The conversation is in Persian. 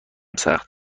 سخت